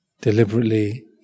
deliberately